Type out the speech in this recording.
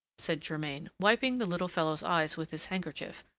said germain, wiping the little fellow's eyes with his handkerchief.